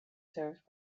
served